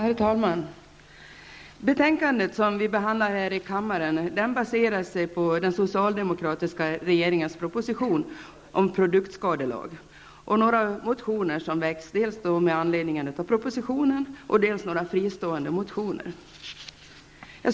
Herr talman! Det betänkande som vi nu behandlar i kammaren baserar sig på den socialdemokratiska regeringens proposition 1990/91:197 om produktskadelag, några motioner som väcktes med anledning av propositionen samt några fristående motioner.